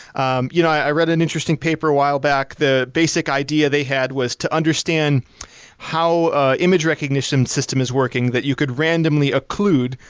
um you know i read an interesting paper a while back, the basic idea they had was to understand how image recognition system is working that you could randomly occlude,